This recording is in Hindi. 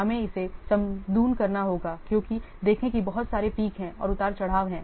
हमें इसे समूदन करना होगा क्योंकि देखें कि बहुत सारे पीक हैं और उतार चढ़ाव हैं